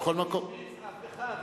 למדוד את זה במונחים של כסף זה אסון,